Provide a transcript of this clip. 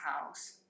house